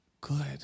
good